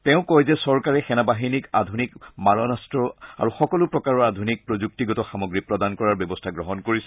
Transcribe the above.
তেওঁ কয় যে চৰকাৰে সেনাবাহিনীক আধুনিক মাৰণাস্ত্ৰ আৰু সকলো প্ৰকাৰৰ আধুনিক প্ৰযুক্তিগত সামগ্ৰী প্ৰদান কৰাৰ ব্যৱস্থা গ্ৰহণ কৰিছে